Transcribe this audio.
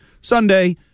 Sunday –